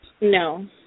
No